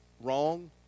wrong